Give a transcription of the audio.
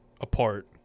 apart